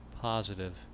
positive